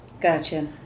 Gotcha